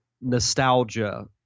nostalgia